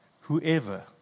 Whoever